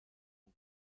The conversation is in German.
und